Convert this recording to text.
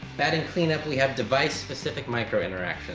batting clean-up we have device specific microinteractions